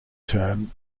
term